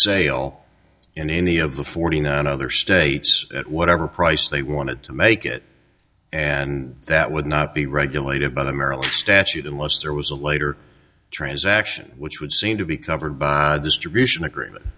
sale in any of the forty nine other states at whatever price they wanted to make it and that would not be regulated by the maryland statute unless there was a later transaction which would seem to be covered by distribution agreement